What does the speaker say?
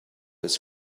his